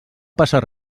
passar